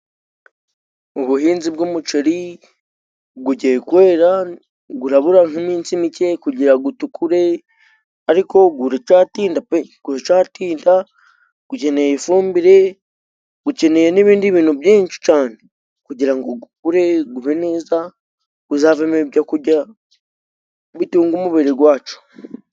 Ubuhinzi bw'umuceri ugiye kwera, urabura nk'iminsi mike kugira ngo utukure, ariko uracyatinda pe！Uracyatinda, ukeneye ifumbire, ukeneye n'ibindi bintu byinshi cyane, kugira ngo ukure, ukure neza, uzavemo ibyo kurya bitunga umubiri wacu.